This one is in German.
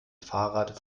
fahrrad